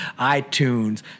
iTunes